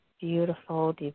beautiful